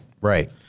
right